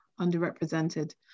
underrepresented